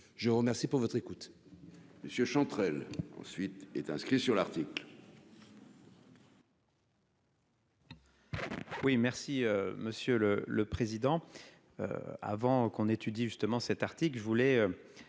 remercie pour votre écoute.